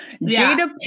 Jada